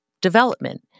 development